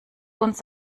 uns